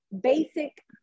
basic